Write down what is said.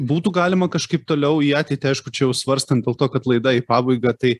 būtų galima kažkaip toliau į ateitį aišku čia jau svarstant dėl to kad laida į pabaigą tai